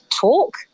talk